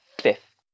fifth